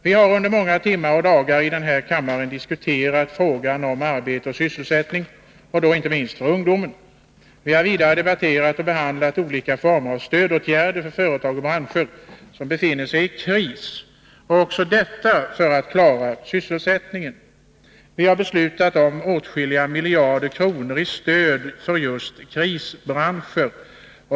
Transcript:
Vi har under många timmar och dagar i denna kammare diskuterat frågan om arbete och sysselsättning, inte minst för ungdomen. Vi har vidare debatterat och behandlat olika former av stödåtgärder för företag och branscher som befinner sig i kris, också detta för att klara sysselsättningen. Vi har beslutat om åtskilliga miljarder kronor i stöd till krisbranscher.